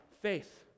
faith